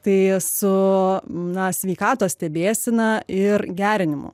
tai su na sveikatos stebėsena ir gerinimu